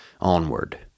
onward